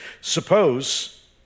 Suppose